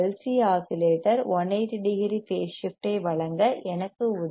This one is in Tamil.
சி ஆஸிலேட்டர் 1800 பேஸ் ஷிப்ட் ஐ வழங்க எனக்கு உதவும்